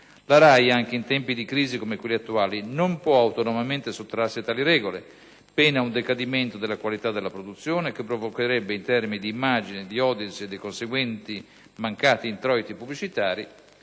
La RAI, anche in tempi di crisi, come quelli attuali, non può autonomamente sottrarsi a tali regole, pena un decadimento della qualità della produzione, che provocherebbe in termini di immagine, di *audience* e dei conseguenti mancati introiti pubblicitari,